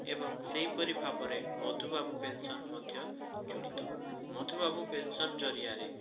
ଏବଂ ସେହିପରି ଭାବରେ ମଧୁବାବୁ ପେନ୍ସନ୍ ମଧ୍ୟ ଜଡ଼ିତ ମଧୁବାବୁ ପେନ୍ସନ୍ ଜରିଆରେ